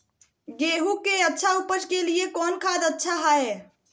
गेंहू के अच्छा ऊपज के लिए कौन खाद अच्छा हाय?